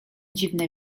dziwne